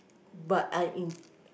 but I'm in